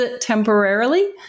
temporarily